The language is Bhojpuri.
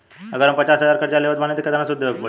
अगर हम पचास हज़ार कर्जा लेवत बानी त केतना सूद देवे के पड़ी?